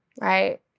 right